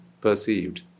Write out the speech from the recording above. perceived